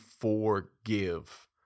forgive